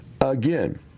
Again